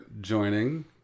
joining